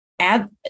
add